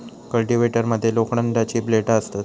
cultivator मध्ये लोखंडाची ब्लेडा असतत